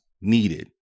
needed